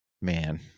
Man